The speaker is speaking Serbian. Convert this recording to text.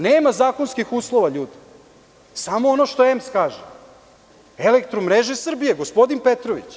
Nema zakonskih uslova, samo ono što EMS kaže, „Elektromreže Srbije“, gospodin Petrović.